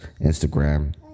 Instagram